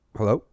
Hello